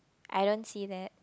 I don't see that